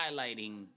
highlighting